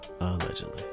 allegedly